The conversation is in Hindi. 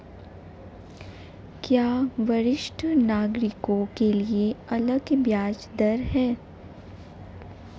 क्या वरिष्ठ नागरिकों के लिए अलग ब्याज दर है?